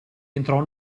entrò